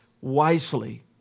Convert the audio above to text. wisely